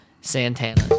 Santana